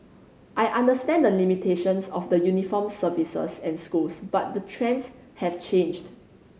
I understand the limitations of the uniformed services and schools but the trends have changed